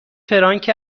فرانک